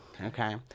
Okay